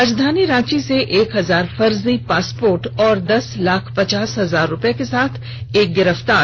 राजधानी रांची से एक हजार फर्जी पासपोर्ट और दस लाख पचास हजार रुपये के साथ एक गिरफ्तार